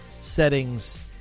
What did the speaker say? settings